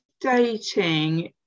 dating